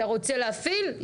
אתה רוצה להפעיל?